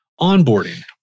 onboarding